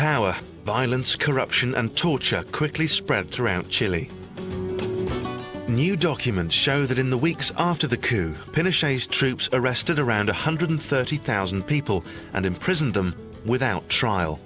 power violence corruption and torture quickly spread throughout chile new documents show that in the weeks after the coup pinochet's troops arrested around one hundred thirty thousand people and imprisoned them without trial